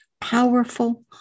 powerful